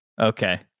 Okay